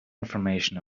information